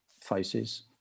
faces